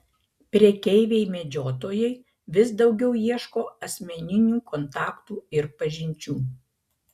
prekeiviai medžiotojai vis daugiau ieško asmeninių kontaktų ir pažinčių